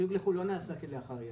חיוג לחוץ לארץ לא נעשה כלאחר יד.